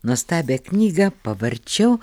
nuostabią knygą pavarčiau